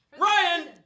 Ryan